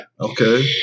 Okay